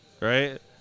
right